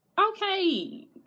okay